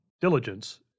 diligence